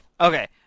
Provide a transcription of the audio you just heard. Okay